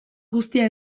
guztia